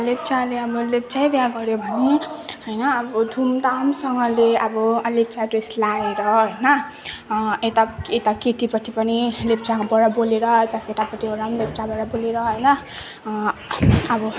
लेप्चाले अब लेप्चै बिहा गऱ्यो भने होइन अब धुमधामसँगले अब लेप्चा ड्रेस लाएर होइन यता केटीपट्टि पनि लेप्चाबाट बोलेर यता केटापट्टिबाट पनि लेप्चाबाट बोलेर होइन अब